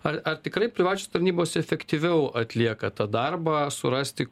ar ar tikrai privačios tarnybos efektyviau atlieka tą darbą surasti